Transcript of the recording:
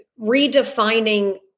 redefining